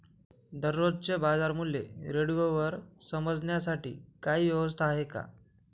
दररोजचे बाजारमूल्य रेडिओवर समजण्यासाठी काही व्यवस्था आहे का?